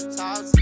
talk